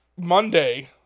Monday